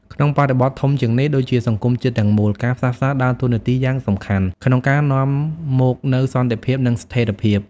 ក្នុងបរិបទធំជាងនេះ ដូចជាសង្គមជាតិទាំងមូល ការផ្សះផ្សាដើរតួនាទីយ៉ាងសំខាន់ក្នុងការនាំមកនូវសន្តិភាព និងស្ថិរភាព។